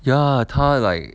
ya 他 like